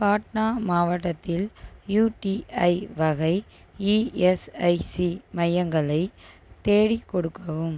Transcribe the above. பாட்னா மாவட்டத்தில் யூடிஐ வகை இஎஸ்ஐசி மையங்களை தேடிக் கொடுக்கவும்